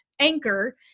anchor